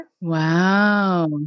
Wow